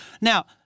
Now